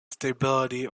stability